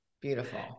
Beautiful